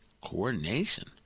Coordination